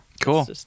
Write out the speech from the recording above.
cool